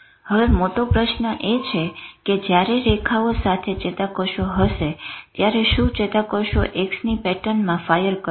હવે મોટો પ્રશ્ન એ છે કે જયારે આ રેખાઓ સાથે ચેતાકોષો હશે ત્યારે શું ચેતાકોષો X ની પેટર્નમાં ફાયર કરશે